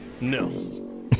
No